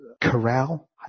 corral